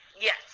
Yes